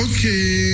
Okay